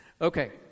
Okay